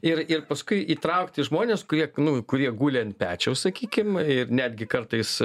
ir ir paskui įtraukti žmones kurie nu kurie guli ant pečiaus sakykim ir netgi kartais